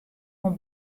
oan